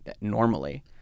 normally